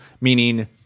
meaning